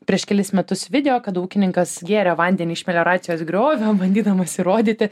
prieš kelis metus video kad ūkininkas gėrė vandenį iš melioracijos griovio bandydamas įrodyti